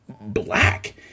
black